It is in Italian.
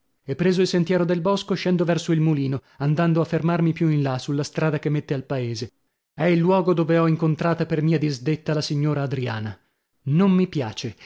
e preso il sentiero del bosco scendo verso il mulino andando a fermarmi più in là sulla strada che mette al paese è il luogo dove ho incontrata per mia disdetta la signora adriana non mi piace